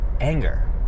anger